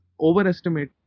Overestimate